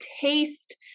taste